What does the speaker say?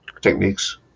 techniques